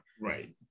Right